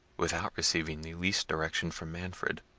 without receiving the least direction from manfred.